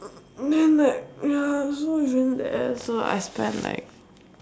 then like ya I also spend there so I spend like